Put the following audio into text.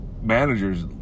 managers